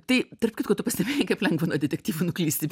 tai tarp kitko tu pastebėjai kaip lengva nuo detektyvų nuklysti